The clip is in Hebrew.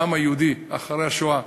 העם היהודי, אחרי השואה,